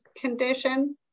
condition